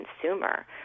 consumer